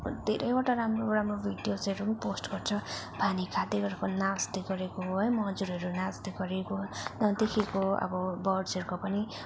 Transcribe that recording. धेरैवटा राम्रो राम्रो भिडियोसहरू पनि पोस्ट गर्छ है पानी खाँदै गरेको नाच्दै गरेको है मजुरहरू नाच्दै गरेको नदेखेको अब बर्ड्सहरूको पनि